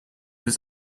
was